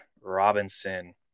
Robinson